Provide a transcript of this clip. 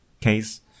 case